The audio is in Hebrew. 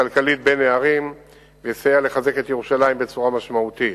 והכלכלית בין הערים ויסייע לחזק את ירושלים בצורה משמעותית.